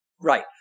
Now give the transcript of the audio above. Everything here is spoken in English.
right